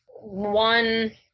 one